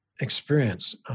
experience